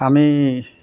আমি